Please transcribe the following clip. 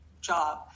job